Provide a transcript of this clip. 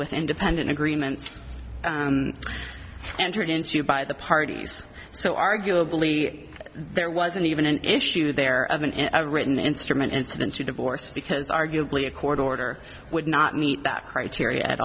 with independent agreements entered into by the parties so arguably there wasn't even an issue there of an written instrument incident to divorce because arguably a court order would not meet that criteria at